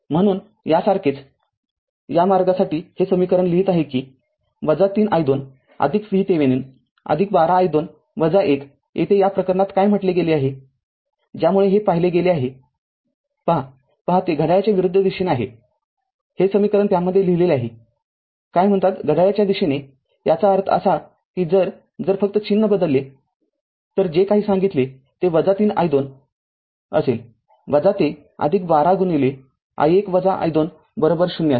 म्हणून यासारखेच या मार्गासाठी हे समीकरण लिहित आहे की 3i२VThevenin १२ i२ i१ येथेया प्रकरणात काय म्हटले गेले आहे ज्यामुळे हे पाहिले गेले आहे पहा पहा ते घड्याळाच्या विरुद्ध दिशेने आहे हे समीकरण त्यामध्ये लिहिलेले आहे काय कॉल घड्याळाच्या दिशेने याचा अर्थ असा कीजर जर फक्त चिन्ह बदलले तर जे काही सांगितले ते - ३i२ असेल ते १२ i१ i२ ० असेल